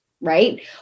right